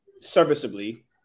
serviceably